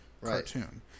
cartoon